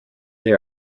they